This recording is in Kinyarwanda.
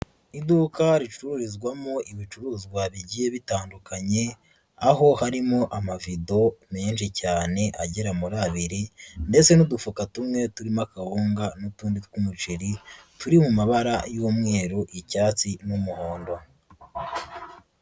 Iduka ricururizwamo ibicuruzwa bigiye bitandukanye, aho harimo amavido menshi cyane agera muri abiri ndetse n'udufuka tumwe turimo kawunga n'utundi tw'umuceri turi mu mabara y'umweru, icyatsi n'umuhondo.